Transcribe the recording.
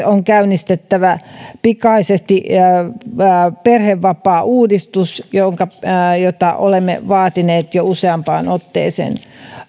on käynnistettävä pikaisesti myös perhevapaauudistus mitä olemme vaatineet jo useampaan otteeseen